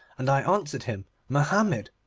and i answered him mohammed.